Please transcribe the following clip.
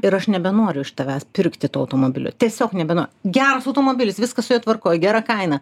ir aš nebenoriu iš tavęs pirkti to automobilio tiesiog nebenoriu geras automobilis viskas su juo tvarkoj gera kaina